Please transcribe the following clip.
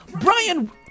Brian